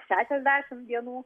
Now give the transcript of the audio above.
šešiasdešimt dienų